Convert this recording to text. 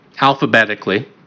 alphabetically